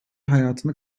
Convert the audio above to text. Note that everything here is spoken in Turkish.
hayatını